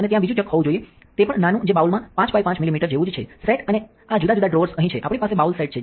અને ત્યાં બીજું ચક હોવું જોઈએ તે પણ નાનું જે બાઉલમાં 5 બાય 5 મિલીમીટર જેવું જ છે સેટ અને આ જુદા જુદા ડ્રોઅર્સ અહીં છે આપણી પાસે બાઉલ સેટ છે